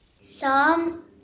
Psalm